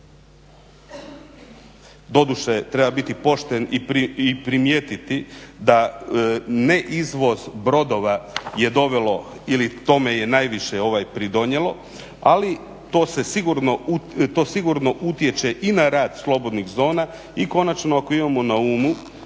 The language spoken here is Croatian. Doduše, treba biti pošten i primijetiti da ne izvoz brodova je dovelo ili tome je najviše pridonijelo, ali to sigurno utječe i na rad slobodnih zona i konačno ako imamo na umu